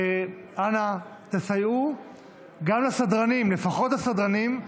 אנא תסייעו גם לסדרנים,